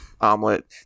omelet